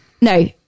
No